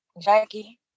Jackie